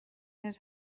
his